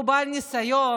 שהוא בעל ניסיון,